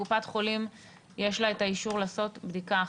לקופת החולים יש אישור לעשות בדיקה אחת.